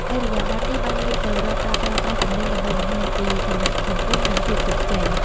ឥរិយាបថនេះបានងាកទៅរកការប្រើប្រាស់ទំនិញដើម្បីបង្ហាញពី ឋានៈសង្គម និងភាពជោគជ័យ។